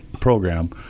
program